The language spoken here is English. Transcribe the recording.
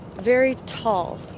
very tall.